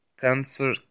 Cancer